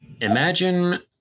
imagine